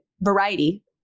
variety